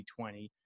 2020